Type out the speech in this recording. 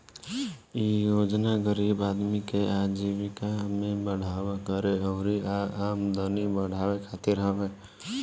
इ योजना गरीब आदमी के आजीविका में बढ़ावा करे अउरी आमदनी बढ़ावे खातिर हवे